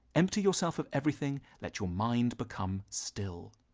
empty yourself of everything, let your mind become still.